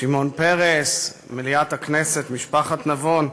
שמעון פרס, מליאת הכנסת, משפחת נבון,